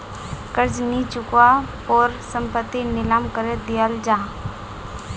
कर्ज नि चुक्वार पोर संपत्ति नीलाम करे दियाल जाहा